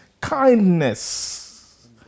kindness